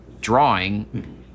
drawing